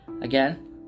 Again